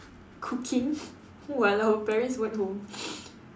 cooking while our parents weren't home